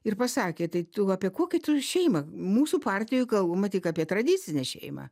ir pasakė tai tu apie kokią tu šeimą mūsų partijoj kalbama tik apie tradicinę šeimą